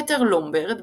פטר לומברד,